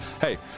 hey